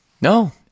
No